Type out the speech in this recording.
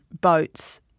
boats